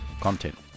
content